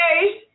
Hey